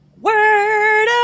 Word